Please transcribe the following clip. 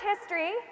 history